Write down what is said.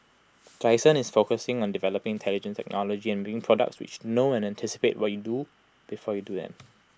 Dyson is focusing on developing intelligent technology and making products which know and anticipate what you do before you doing